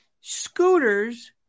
scooters